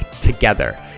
together